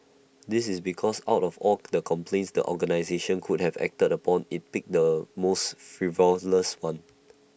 this is because out of all the complaints the organisation could have acted upon IT picked the most frivolous one